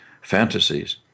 fantasies